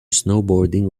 snowboarding